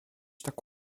tak